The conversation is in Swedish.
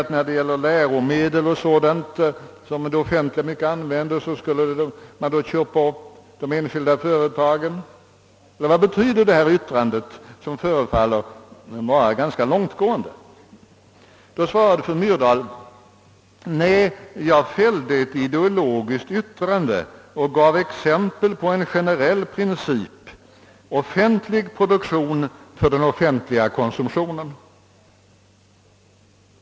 Innebär det till exempel att man beträffande läromedel skulle köpa upp de enskilda företagen i denna bransch? På detta svarade fru Myrdal att hon fällt ett ideologiskt yttrande och givit exempel på en generell princip: offentlig produktion för den offentliga konsumtionen.